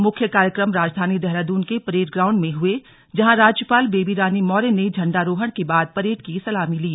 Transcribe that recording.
मुख्य कार्यक्रम राजधानी देहरादून के परेड ग्राउंड में हुआ जहां राज्यपाल बेबी रानी मौर्य ने इंडारोहण के बाद परेड की सलामी ली